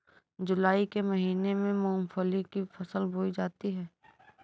जूलाई के महीने में मूंगफली की फसल बोई जाती है